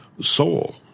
soul